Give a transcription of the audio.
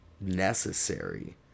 necessary